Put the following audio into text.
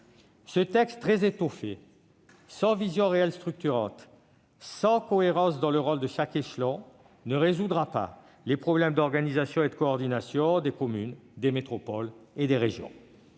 Ce texte très étoffé, sans vision réelle structurante, sans cohérence dans le rôle de chaque échelon, ne résoudra pas les problèmes d'organisation et de coordination des communes, des métropoles et des régions.